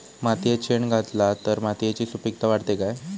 मातयेत शेण घातला तर मातयेची सुपीकता वाढते काय?